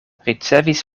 ricevis